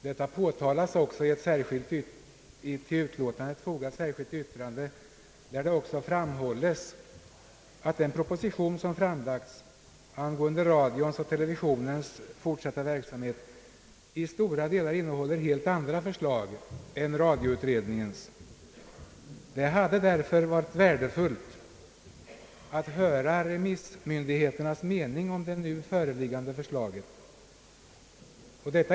Detta påtalas i ett till utlåtandet fogat särskilt yttrande, i vilket det också framhålles att den proposition som framlagts angående radions och televisionens fortsatta verksamhet i stora delar innehåller helt andra förslag än radioutredningens. Det hade därför varit värdefullt att höra remissinstansernas mening om det nu föreliggande förslaget.